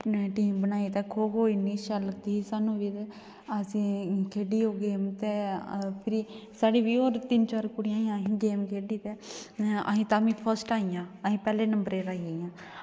में टीम बनाई ते खो खो इ'न्नी शैल लगदी ही सानूं ते असें खेढी ओह् गेम ते भिरी साढ़ी बी होर तिन्न चार कुड़ियां ऐहियां गेम खेढी ते अस तां बी फर्स्ट आइयां अस पैह्ले नंबर 'र आई गेइयां